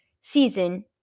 season